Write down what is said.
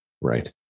Right